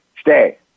stay